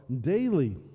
daily